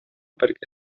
perquè